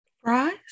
Fries